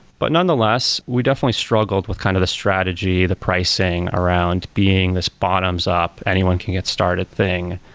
but nonetheless, we definitely struggled with kind of the strategy, the pricing around being this bottoms up, anyone can get started thing.